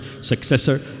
successor